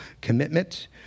commitment